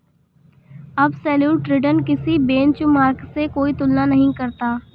absolute return किसी benchmark से कोई तुलना नहीं करता